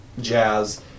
jazz